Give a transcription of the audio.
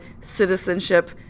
citizenship